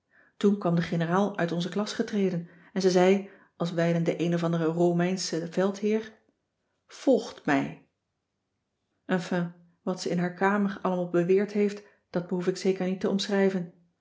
toen kwam de generaal uit onze klas getreden en ze zei als wijlen de een of andere romeinsche veldheer volgt mij enfin wat ze in haar kamer allemaal beweerd heeft dat behoef ik zeker niet te omschrijven